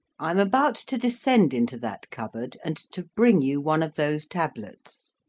i am about to descend into that cup board and to bring you one of those tablets.